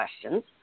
questions